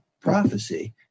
prophecy